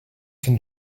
can